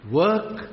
work